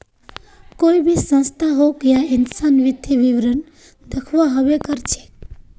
कोई भी संस्था होक या इंसान वित्तीय विवरण दखव्वा हबे कर छेक